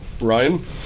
Ryan